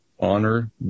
honor